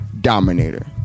dominator